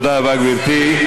תודה רבה, גברתי.